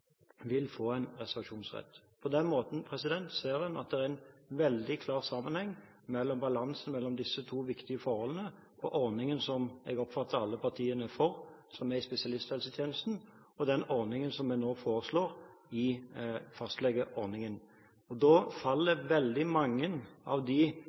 vil få en reservasjonsrett. På den måten ser man at det er en veldig klar sammenheng mellom balansen i disse to viktige forholdene og ordningen som jeg oppfatter at alle partiene er for, som er i spesialisthelsetjenesten, og den ordningen som vi nå foreslår i fastlegeordningen. Da faller veldig mange av de